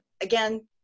again